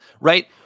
Right